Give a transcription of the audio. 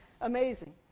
amazing